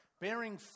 Bearing